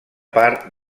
part